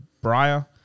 Briar